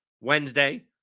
Wednesday